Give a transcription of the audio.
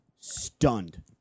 stunned